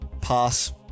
Pass